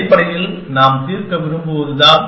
அடிப்படையில் நாம் தீர்க்க விரும்புவதுதான்